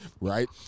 Right